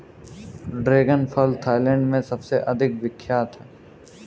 dragon फल Thailand में सबसे अधिक विख्यात है